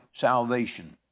salvation